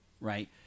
right